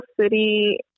city